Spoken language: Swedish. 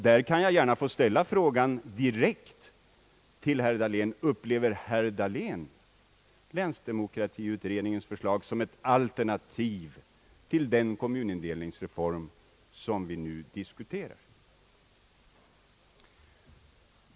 Där vill jag gärna ställa en fråga direkt till herr Dahlén: Upplever herr Dahlén länsdemokratiutredningens förslag som ett alternativ till den kommunindelningsreform som vi nu diskuterar?